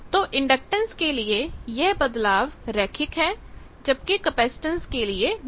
तो इंडक्टेंस के लिए यह बदलाव रैखिक है जबकि कैपेसिटेंस के लिए नहीं